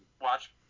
watch